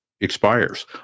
expires